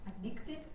addicted